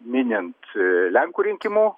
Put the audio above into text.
minint lenkų rinkimų